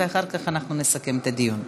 ואחר כך נסכם את הדיון.